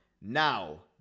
Now